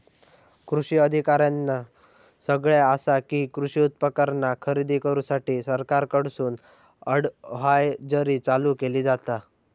कृषी अधिकाऱ्यानं सगळ्यां आसा कि, कृषी उपकरणा खरेदी करूसाठी सरकारकडून अडव्हायजरी चालू केली जाता